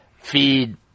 feed